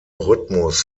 rhythmus